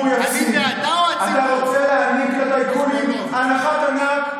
אני ואתה או הציבור?